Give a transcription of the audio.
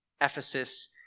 Ephesus